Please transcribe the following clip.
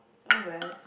oh wells